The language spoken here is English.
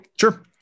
Sure